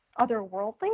otherworldly